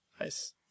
Nice